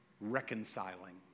reconciling